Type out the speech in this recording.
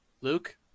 Luke